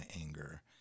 anger